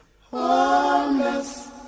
homeless